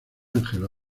angelo